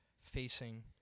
facing